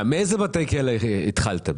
באיזה בתי כלא התחלתם?